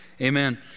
amen